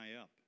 up